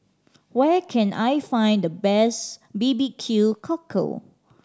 where can I find the best B B Q Cockle